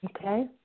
Okay